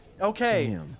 Okay